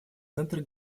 центр